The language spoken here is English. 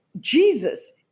Jesus